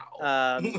Wow